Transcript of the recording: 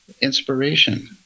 Inspiration